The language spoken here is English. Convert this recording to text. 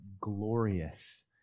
glorious